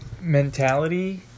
mentality